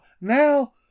Now